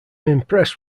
impressed